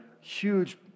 huge